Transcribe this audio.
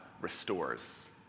restores